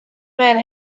man